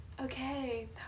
Okay